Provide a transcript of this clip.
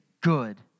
good